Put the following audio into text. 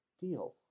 Deal